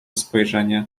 spojrzenie